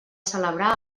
celebrar